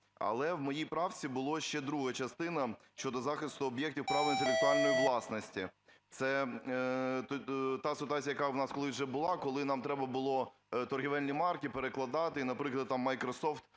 Але в моїй правці була ще друга частина: щодо захисту об'єктів права інтелектуальної власності. Це та ситуація, яка у нас колись вже була, коли нам треба було торгівельні марки перекладати, наприклад, там Microsoft